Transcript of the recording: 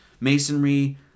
Masonry